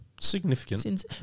significant